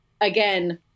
Again